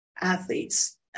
athletes